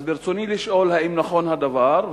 ברצוני לשאול: 1. האם נכון הדבר?